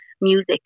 music